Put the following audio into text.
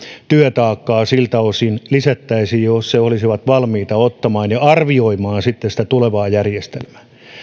työtaakkaa siltä osin lisättäisiin jos he olisivat valmiita ottamaan ja arvioimaan sitten sitä tulevaa järjestelmää